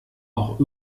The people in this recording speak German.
auch